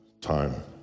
time